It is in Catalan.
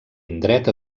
indret